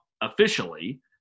officially